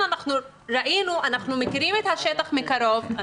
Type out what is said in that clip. ראינו ואנחנו מכירים את השטח מקרוב,